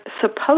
supposed